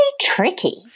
tricky